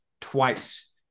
twice